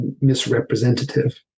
misrepresentative